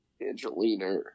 Angelina